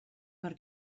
per